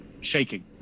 shaking